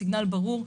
הסיגנל ברור.